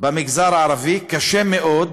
במגזר הערבי קשה מאוד